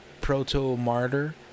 Proto-Martyr